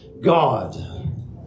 God